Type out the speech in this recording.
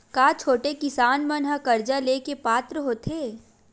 का छोटे किसान मन हा कर्जा ले के पात्र होथे?